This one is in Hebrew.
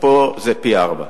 ופה זה פי-ארבעה.